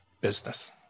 business